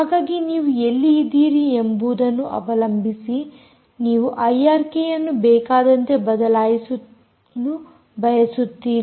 ಹಾಗಾಗಿ ನೀವು ಎಲ್ಲಿ ಇದ್ದೀರಿ ಎಂಬುದನ್ನು ಅವಲಂಬಿಸಿ ನೀವು ಐಆರ್ಕೆಯನ್ನು ಬೇಕಾದಂತೆ ಬದಲಾಯಿಸಲು ಬಯಸುತ್ತೀರಿ